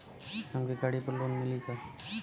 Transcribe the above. हमके गाड़ी पर लोन मिली का?